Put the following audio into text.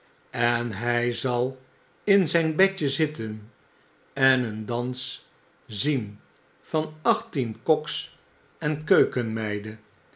en hij zal in zjjn bedje zitten en een dans zien van achttien koks en keukenmeiden